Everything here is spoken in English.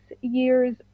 years